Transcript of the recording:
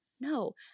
No